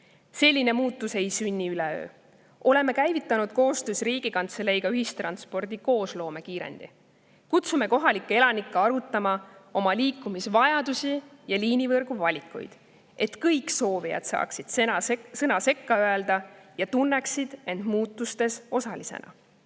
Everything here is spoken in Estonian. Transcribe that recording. Selline muutus ei sünni üleöö. Oleme käivitanud koostöös Riigikantseleiga ühistranspordi koosloome kiirendi. Kutsume kohalikke elanikke arutama oma liikumisvajadusi ja liinivõrgu valikuid, et kõik soovijad saaksid sõna sekka öelda ja tunneksid end muutuste osalisena.